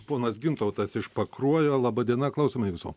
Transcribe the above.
ponas gintautas iš pakruojo laba diena klausome jūsų